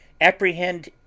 apprehend